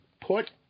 put